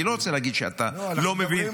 אני לא רוצה להגיד שאתה לא מבין,